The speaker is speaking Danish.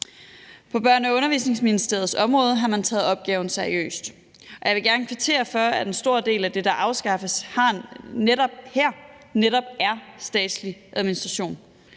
På Børne- og Undervisningsministeriets område har man taget opgaven seriøst, og jeg vil gerne kvittere for, at en stor del af det, der er afskaffet her, netop er statslig administration,